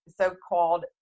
so-called